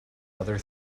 other